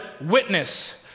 witness